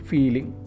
Feeling